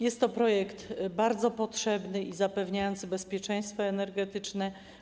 Jest to projekt bardzo potrzebny i zapewniający bezpieczeństwo energetyczne.